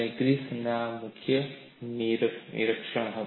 ગ્રિફિથનું આ મુખ્ય નિરીક્ષણ હતું